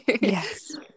Yes